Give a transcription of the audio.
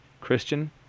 Christian